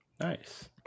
Nice